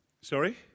Sorry